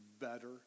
better